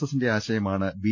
എസ്സിന്റെ ആശയമാണ് ബി